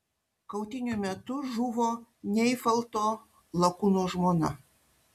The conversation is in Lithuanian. kautynių metu žuvo neifalto lakūno žmona